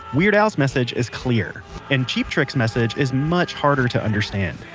weird al's message is clear and cheap trick's message is much harder to understand.